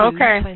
Okay